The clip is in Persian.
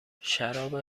شراب